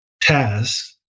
task